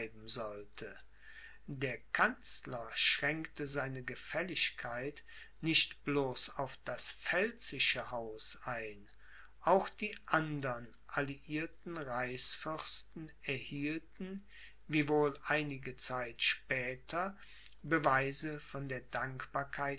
sollte der kanzler schränkte seine gefälligkeit nicht bloß auf das pfälzische haus ein auch die andern alliierten reichsfürsten erhielten wiewohl einige zeit später beweise von der dankbarkeit